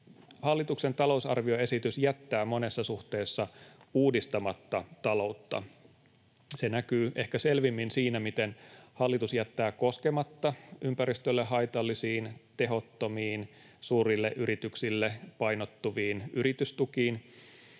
hallituksen talousarvioesitys jättää monessa suhteessa uudistamatta ta-loutta. Se näkyy ehkä selvimmin siinä, miten hallitus jättää koskematta ympäristölle haitallisiin, tehottomiin, suurille yrityksille painottuviin yritystukiin.